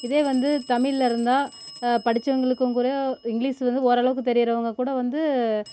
இதே வந்து தமிழில் இருந்தால் படிச்சவங்களுக்கும் கூட இங்லீஷ் வந்து ஓரளவுக்கு தெரியுறவங்க கூட வந்து